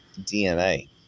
DNA